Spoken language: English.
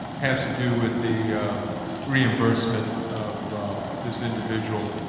has to do with the reimbursement of this individual